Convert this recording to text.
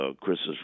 Chris's